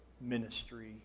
ministry